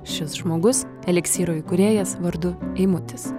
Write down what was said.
šis žmogus eliksyro įkūrėjas vardu eimutis